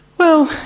well,